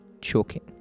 choking